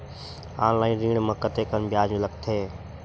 Online ऋण म कतेकन ब्याज लगथे?